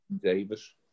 Davis